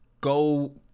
go